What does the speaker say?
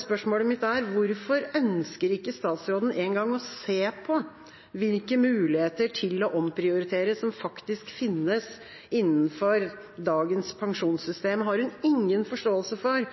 Spørsmålet mitt er: Hvorfor ønsker ikke statsråden engang å se på hvilke muligheter til å omprioritere som finnes innenfor dagens pensjonssystem? Har hun ingen forståelse for